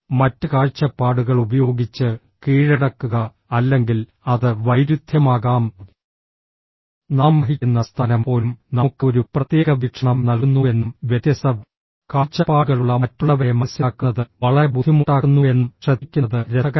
മറ്റ് കാഴ്ചപ്പാടുകൾ ഉപയോഗിച്ച് കീഴടക്കുക അല്ലെങ്കിൽ അത് വൈരുദ്ധ്യമാകാം നാം വഹിക്കുന്ന സ്ഥാനം പോലും നമുക്ക് ഒരു പ്രത്യേക വീക്ഷണം നൽകുന്നുവെന്നും വ്യത്യസ്ത കാഴ്ചപ്പാടുകളുള്ള മറ്റുള്ളവരെ മനസ്സിലാക്കുന്നത് വളരെ ബുദ്ധിമുട്ടാക്കുന്നുവെന്നും ശ്രദ്ധിക്കുന്നത് രസകരമാണ്